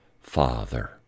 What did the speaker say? Father